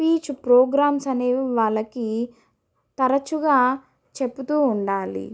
speech programmes అనేవి వాళ్ళకి తరచుగా చెపుతూ ఉండాలి